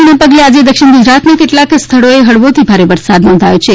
જેનાં પગલે આજે દક્ષિણ ગુજરાતનાં કેટલાંક સ્થળો હળવોથી ભારે વરસાદ નોંધાયો છે